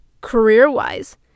career-wise